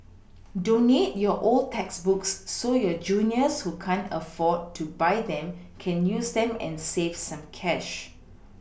donate your old textbooks so your juniors who can't afford to buy them can use them and save some cash